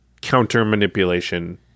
counter-manipulation-